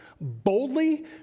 boldly